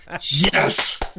Yes